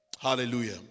Hallelujah